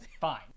fine